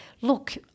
look